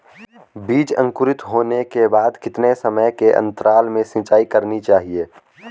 बीज अंकुरित होने के बाद कितने समय के अंतराल में सिंचाई करनी चाहिए?